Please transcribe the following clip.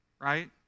Right